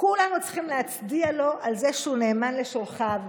כולנו צריכים להצדיע לו על זה שהוא נאמן לשולחיו.